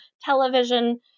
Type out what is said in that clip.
television